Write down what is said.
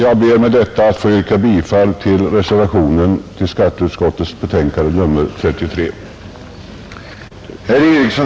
Jag ber med detta att få yrka bifall till reservationen.